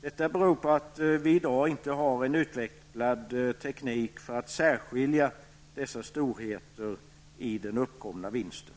Detta beror på att vi i dag inte har en utvecklad teknik för att särskilja dessa storheter i den uppkomna vinsten.